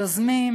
היוזמים